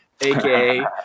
AKA